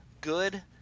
good